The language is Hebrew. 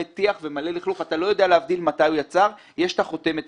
טיח ואתה לא יודע להבדיל מתי הוא יצא יש עליו חותמת.